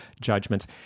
judgments